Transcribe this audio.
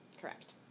Correct